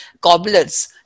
cobblers